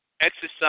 Exercise